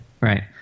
right